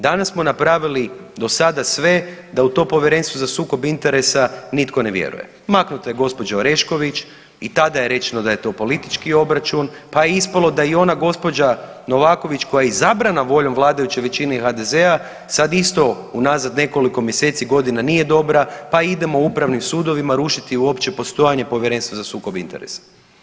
Danas smo napravili do sada sve da u to Povjerenstvo za sukob interesa nitko ne vjeruje, maknete gospođu Orešković i tada je rečeno da je to politički obračun, pa je ispalo da i ona gospođa Novaković koja je izabrana voljom vladajuće većine i HDZ-a sad isto unazad nekoliko mjeseci, godina nije dobra pa idemo upravnim sudovima rušiti uopće postojanje Povjerenstva za sukob interesa.